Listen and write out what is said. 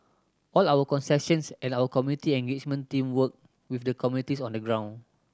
all our concessions and our community engagement team work with the communities on the ground